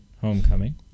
Homecoming